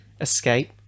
escape